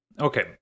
Okay